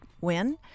win